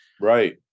Right